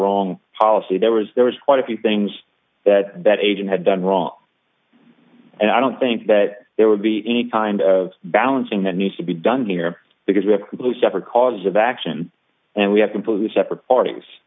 wrong policy there was there was quite a few things that agent had done wrong and i don't think that there would be any kind of balancing that needs to be done here because we have to separate causes of action and we have completely separate parties